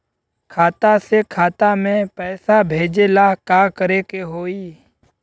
खाता से खाता मे पैसा भेजे ला का करे के होई?